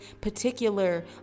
particular